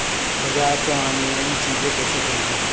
बाजार से आनलाइन चीज कैसे खरीदी?